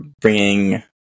bringing